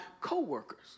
coworkers